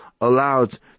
allowed